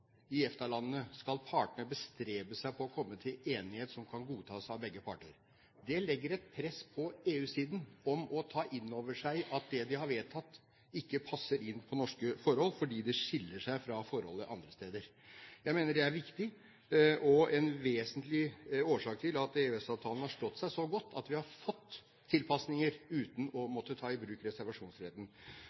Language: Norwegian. i EFTA-landene skal partene «bestrebe seg på å komme til enighet» som kan godtas av begge parter. Det legger et press på EU-siden om å ta inn over seg at det de har vedtatt, ikke passer inn i norske forhold, fordi det skiller seg fra forholdet andre steder. Jeg mener det er viktig og en vesentlig årsak til at EØS-avtalen har stått seg så godt at vi har fått tilpasninger uten å måtte ta i bruk reservasjonsretten.